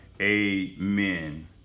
Amen